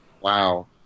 Wow